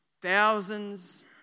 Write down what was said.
Thousands